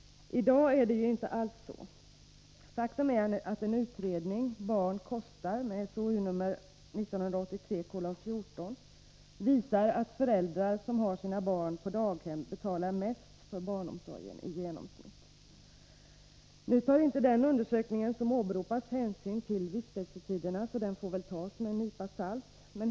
I dag är det ju inte alls så. Utredningen Barn kostar visar faktiskt att föräldrar som har barn på daghem i genomsnitt betalar mest för barnomsorgen. Nu tar inte den undersökning som åberopas hänsyn till vistelsetiderna, varför den väl får tas med en nypa salt.